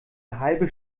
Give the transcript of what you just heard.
halbe